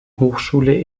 hochschule